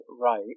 right